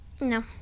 No